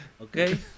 Okay